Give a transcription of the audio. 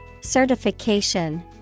Certification